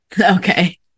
Okay